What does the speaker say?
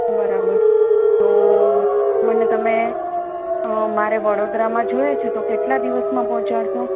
બરાબર તો મને તમે મારે વડોદરામાં જોઈયે છે તો કેટલા દિવસમાં પહોંચાડશો